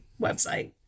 website